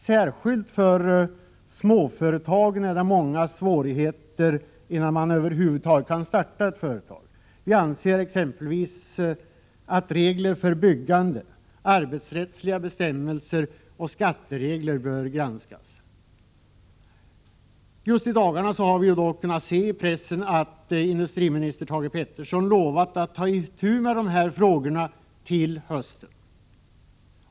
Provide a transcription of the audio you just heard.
Särskilt för småföretagare är det många svårigheter innan de över huvud taget kan starta ett företag. Vi anser exempelvis att regler för byggande, arbetsrättsliga bestämmelser och skatteregler bör granskas. Just i dagarna har vi kunnat se i pressen att industriminister Thage Peterson lovat att ta itu med de här frågorna till hösten.